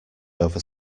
over